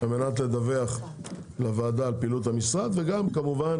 על מנת לדווח לוועדה על פעילות המשרד וגם כמובן